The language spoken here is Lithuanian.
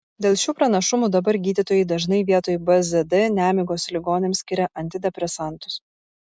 dėl šių pranašumų dabar gydytojai dažnai vietoj bzd nemigos ligoniams skiria antidepresantus